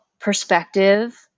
perspective